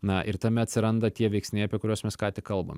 na ir tame atsiranda tie veiksniai apie kuriuos mes ką tik kalbam